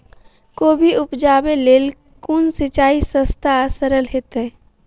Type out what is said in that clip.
कोबी उपजाबे लेल केँ सिंचाई सस्ता आ सरल हेतइ?